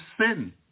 sin